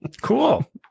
Cool